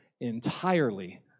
entirely